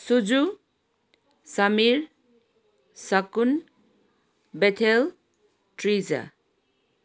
Suju Samir Sakun Bethel Teresa